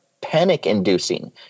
panic-inducing